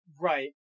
Right